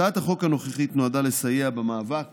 הצעת החוק הנוכחית נועדה לסייע במאבק